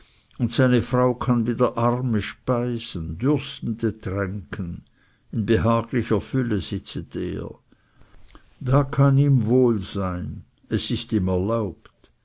und seine frau kann wieder arme speisen dürstende tränken in behaglicher fülle sitzet er da kann ihm wohl sein es ist ihm erlaubt